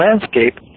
landscape